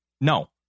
No